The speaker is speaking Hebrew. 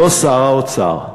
לא שר האוצר.